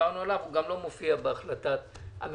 שדיברנו עליו, הוא גם לא מופיע בהחלטת הממשלה.